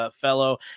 fellow